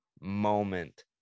moment